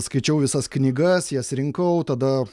skaičiau visas knygas jas rinkau tada